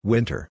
Winter